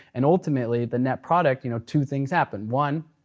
and ultimately the net product, you know two things happened one,